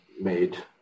made